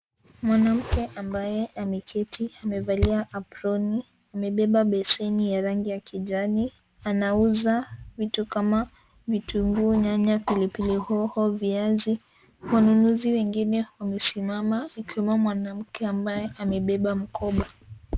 Mwanamke ambaye ameketi amevalia aproni ,amebeba beseni ya rangi ya kijani ,anauza vitu kama vitunguu, nyanya, pilipili hoho, viazi. Wanunuzi wengine wamesimama ikiwemo mwanamke ambaye amebeba mkobo.